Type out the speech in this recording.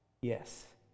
Yes